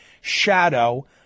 Shadow